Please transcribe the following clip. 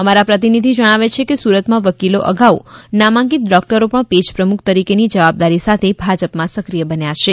અમારા પ્રતિનિધિ જણાવે છે કે સુરતમાં વકીલો અગાઉ નામાંકિત ડોક્ટરો પણ પેજ પ્રમુખ તરીકેને જવાબદારી સાથે ભાજપમાં સક્રિય બન્યા છી